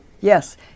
Yes